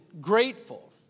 grateful